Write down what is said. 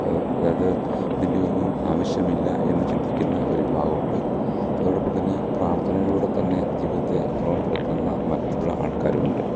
അതായത് ഇതിന്റെയൊന്നും ആവശ്യമില്ല എന്ന് ചിന്തിക്കുന്ന ഒരു വിഭാഗമുണ്ട് അതോടൊപ്പംതന്നെ പ്രാർത്ഥനയിലൂടെ തന്നെ ജീവിതത്തെ ക്രമപ്പെടുത്തുന്ന മറ്റുള്ള ആൾക്കാരുമുണ്ട്